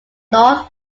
north